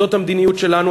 זאת המדיניות שלנו.